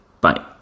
Bye